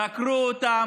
דקרו אותם,